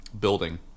building